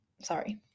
Sorry